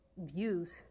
views